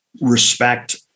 respect